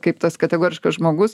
kaip tas kategoriškas žmogus